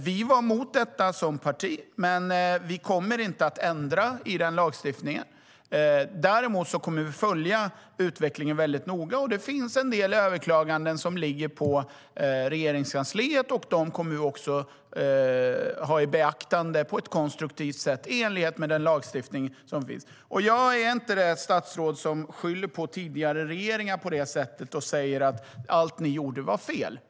Vi var emot detta som parti, men vi kommer inte att ändra i lagstiftningen. Däremot kommer vi att följa utvecklingen mycket noga. Det finns en del överklaganden som ligger hos Regeringskansliet, och dem kommer vi också att ta i beaktande på ett konstruktivt sätt i enlighet med den lagstiftning som finns. Jag är inte det statsråd som skyller på tidigare regeringar på det sättet och säger: Allt ni gjorde var fel.